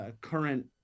current